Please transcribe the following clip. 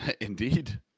Indeed